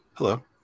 hello